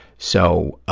so,